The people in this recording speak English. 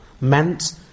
meant